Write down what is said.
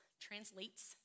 translates